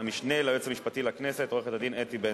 המשנה ליועץ המשפטי לכנסת עורכת-הדין אתי בנדלר.